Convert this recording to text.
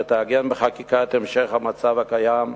שתעגן בחקיקה את המשך המצב הקיים.